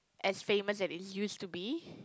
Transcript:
as famous as it used to be